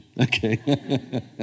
Okay